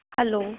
hello